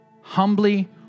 Humbly